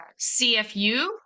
CFU